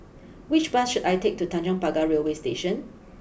which bus should I take to Tanjong Pagar Railway Station